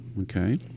Okay